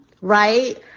right